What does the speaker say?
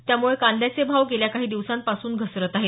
त्यामुळे कांद्याचे भाव गेल्या काही दिवसांपासून घसरत आहेत